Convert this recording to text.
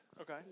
Okay